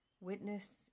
witness